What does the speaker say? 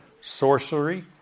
sorcery